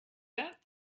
that